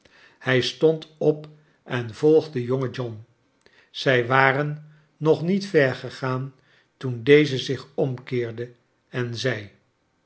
hij stond op ea volgde jonge john zij waren nog met ver gegaan toen deze zich omkeerde en zei